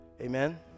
Amen